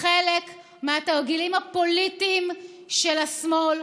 חלק מהתרגילים הפוליטיים של השמאל.